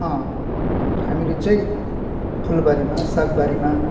हामीले चाहिँ फुलबारीमा सागबारीमा